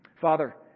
Father